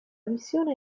missione